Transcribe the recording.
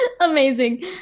Amazing